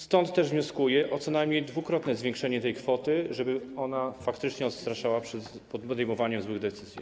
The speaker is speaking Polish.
Stąd też wnioskuję o co najmniej dwukrotne zwiększenie tej kwoty, żeby ona faktycznie odstraszała przed podejmowaniem złych decyzji.